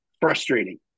frustrating